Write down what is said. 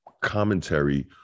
commentary